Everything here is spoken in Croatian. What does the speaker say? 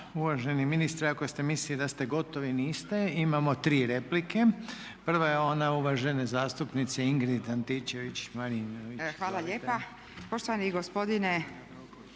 Uvaženi ministre, ako ste mislili da ste gotovi niste. Imamo tri replike. Prva je ona uvažene zastupnice Ingrid Antičević Marinović. **Antičević